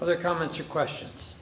other comments or questions